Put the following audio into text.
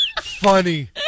funny